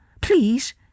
Please